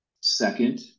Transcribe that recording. Second